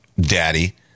daddy